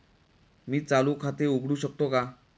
मी चालू खाते उघडू शकतो का?